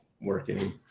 working